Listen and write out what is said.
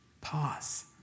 pause